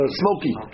smoky